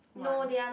one